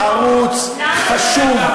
ערוץ חשוב,